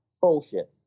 Bullshit